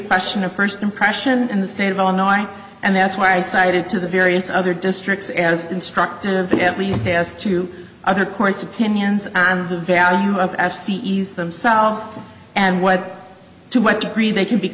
question of first impression in the state of illinois and that's why i cited to the various other districts as instructive at least has two other courts opinions on the value of f c e s themselves and what to what degree they can be